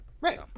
Right